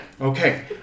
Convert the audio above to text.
Okay